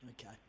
Okay